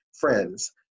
friends